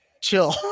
chill